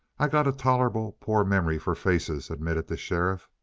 i got a tolerable poor memory for faces, admitted the sheriff.